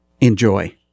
enjoy